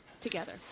together